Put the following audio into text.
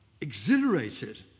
exhilarated